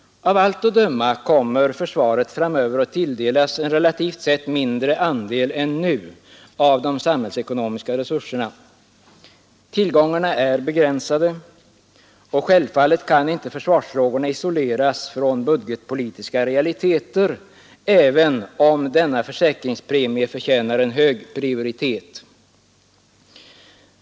Av allt att döma kommer försvaret framöver att tilldelas en relativt sett mindre andel än nu av de samhällsekonomiska resurserna. Tillgångarna är begränsade, och självfallet kan inte försvarsfrågorna isoleras från budgetpolitiska realiteter, även om denna ”försäkringspremie” förtjänar hög prioritet.